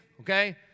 okay